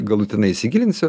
galutinai įsigilinsiu